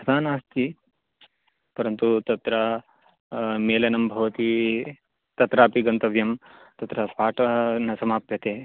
तथा नास्ति परन्तु तत्र मेलनं भवति तत्रापि गन्तव्यं तत्र पाठः न समाप्यते